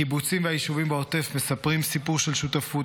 הקיבוצים והיישובים בעוטף מספרים סיפור של שותפות.